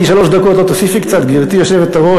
לי שלוש דקות, לא תוסיפי קצת, גברתי היושבת-ראש?